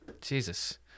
Jesus